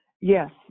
yes